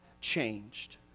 changed